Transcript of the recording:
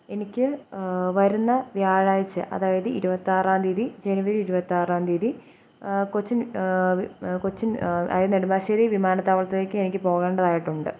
എനിക്ക് വരുന്ന വ്യാഴാഴ്ച അതായത് ഇരുപത്തി ആറാം തീയതി ജനുവരി ഇരുപത്തി ആറാം തീയതി കൊച്ചിൻ കൊച്ചിൻ അതായത് നെടുമ്പാശ്ശേരി വിമാനത്താവളത്തിലേക്ക് എനിക്ക് പോകണ്ടതായിട്ടുണ്ട്